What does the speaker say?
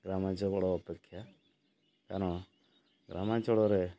ଗ୍ରାମାଞ୍ଚଳ ଅପେକ୍ଷା କାରଣ ଗ୍ରାମାଞ୍ଚଳରେ